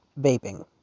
vaping